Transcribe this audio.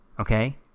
Okay